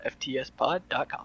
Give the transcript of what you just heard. ftspod.com